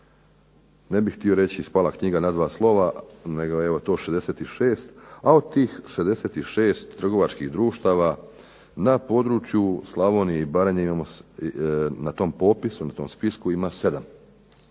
Ne bih htio reći spala knjiga na dva slova, nego eto na 66, a od tih 66 trgovačkih društava na području Slavonije i Baranje na tom popisu ima 7. Kada se